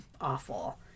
awful